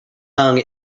hung